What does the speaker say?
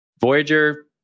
Voyager